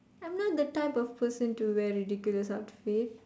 I'm not the type of person to wear ridiculous outfit